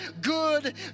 good